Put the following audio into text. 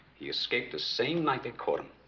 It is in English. he escaped the same night they caught him